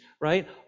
right